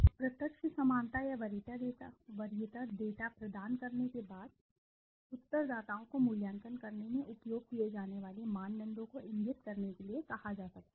प्रत्यक्ष समानता या वरीयता डेटा प्रदान करने के बाद उत्तरदाताओं को मूल्यांकन करने में उपयोग किए जाने वाले मानदंडों को इंगित करने के लिए कहा जा सकता है